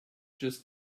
just